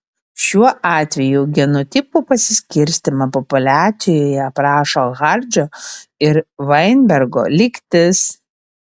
šiuo atveju genotipų pasiskirstymą populiacijoje aprašo hardžio ir vainbergo lygtis